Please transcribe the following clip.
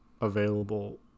available